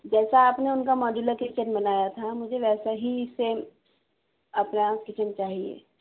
جیسا آپ نے ان کا ماڈولر کچن بنایا تھا مجھے ویسا ہی سیم اپنا کچن چاہیے